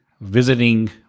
visiting